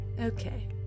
Okay